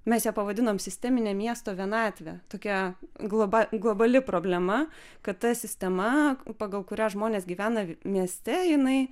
mes ją pavadinom sisteminė miesto vienatvė tokia globa globali problema kad ta sistema pagal kurią žmonės gyvena mieste jinai